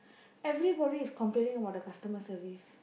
everybody is complaining about the customer service